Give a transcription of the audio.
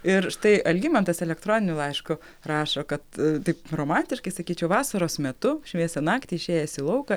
ir štai algimantas elektroniniu laišku rašo kad taip romantiškai sakyčiau vasaros metu šviesią naktį išėjęs į lauką